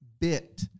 bit